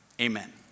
amen